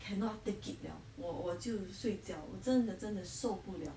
cannot take it 了我我就睡觉我真的真的受不了